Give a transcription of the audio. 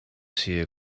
see